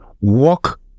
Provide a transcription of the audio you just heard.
Walk